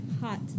hot